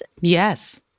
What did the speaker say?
Yes